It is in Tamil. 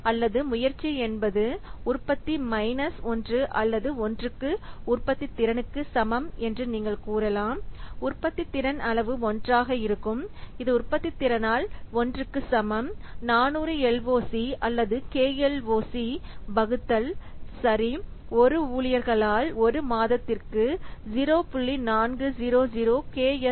அல்லது முயற்சி என்பது உற்பத்தி மைனஸ் 1 அல்லது 1 க்கு உற்பத்தித்திறனுக்கு சமம் என்று நீங்கள் கூறலாம் உற்பத்தித்திறன் அளவு 1 ஆக இருக்கும் இது உற்பத்தித்திறனால் 1 க்கு சமம் 400 LOC அல்லது KLOC வகுத்தல் சரி 1 ஊழியர்களால் ஒரு மாதத்திற்கு 0